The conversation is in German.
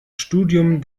studium